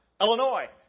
Illinois